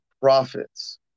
profits